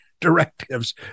directives